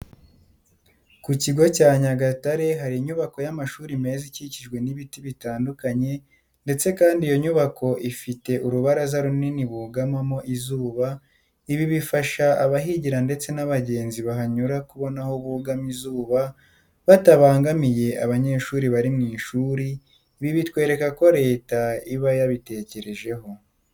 Ku kigo cya Nyagatare hari inyubako y'amashuri meza ikikijwe n'ibiti bitandukanye ndetse kandi iyo nyubako ifite urubaraza runini bugamamo izuba, ibi bifasha abahigira ndetse n'abagenzi bahanyura kubona aho bugama izuba batabangamiye abanyeshuri bari mu ishuri, ibi bitwereka ko leta iba yabitekerejeho.